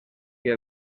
que